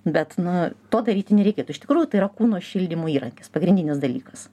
bet nu to daryti nereikėtų iš tikrųjų tai yra kūno šildymo įrankis pagrindinis dalykas